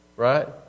Right